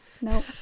no